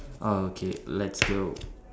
orh okay let's go